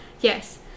Yes